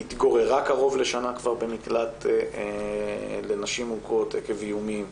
היא התגוררה קרוב לשנה כבר במקלט לנשים מוכות עקב איומים,